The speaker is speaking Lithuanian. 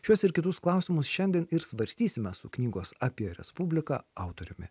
šiuos ir kitus klausimus šiandien ir svarstysime su knygos apie respubliką autoriumi